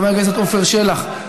חבר הכנסת עפר שלח,